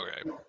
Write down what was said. okay